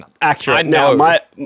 Accurate